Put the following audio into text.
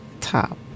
top